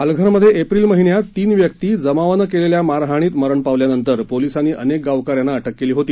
पालघरमधे एप्रिल महिन्यात तीन व्यक्ती जमावानं केलेल्या मारहाणीत मरण पावल्यानंतर पोलीसांनी अनेक गावकऱ्यांना अटक केली होती